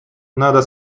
надо